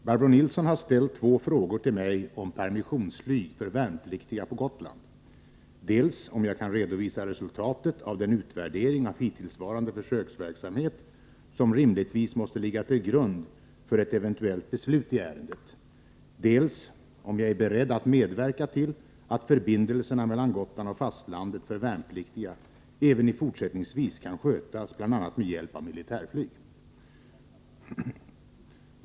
Herr talman! Barbro Nilsson i Visby har ställt två frågor till mig om permissionsflyg för värnpliktiga på Gotland, dels om jag kan redovisa resultatet av den utvärdering av hittillsvarande försöksverksamhet som rimligtvis måste ligga till grund för ett eventuellt beslut i ärendet, dels om jag är beredd att medverka till att förbindelserna mellan Gotland och fastlandet för värnpliktiga även fortsättningsvis kan skötas bl.a. med hjälp av militärflyg.